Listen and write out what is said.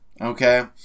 Okay